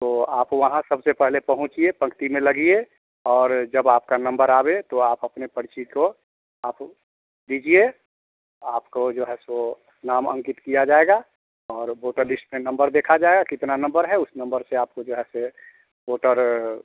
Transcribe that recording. तो आप वहाँ सबसे पहले पहुँचिए पंक्ति में लगिए और जब आपका नंबर आवे तो आप अपनी पर्ची को आप दीजिए आपको जो है सो नाम अंकित किया जाएगा और वोटर लिष्ट में नंबर देखा जाएगा कितना नंबर है उस नंबर से आपको जो है फिर वोटर